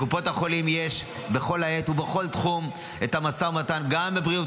לקופות החולים יש בכל עת ובכל תחום משא ומתן גם על בריאות